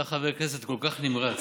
אתה חבר כנסת כל כך נמרץ,